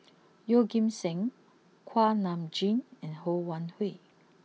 Yeoh Ghim Seng Kuak Nam Jin and Ho Wan Hui